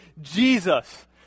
Jesus